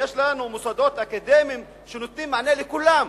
יש לנו מוסדות אקדמיים שנותנים מענה לכולם.